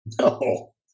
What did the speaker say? No